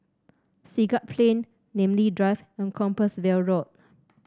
Siglap Plain Namly Drive and Compassvale Road